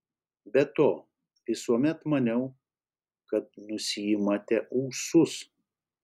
be to visuomet maniau kad nusiimate ūsus